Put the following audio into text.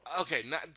Okay